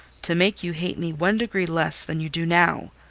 to make you hate me one degree less than you do now.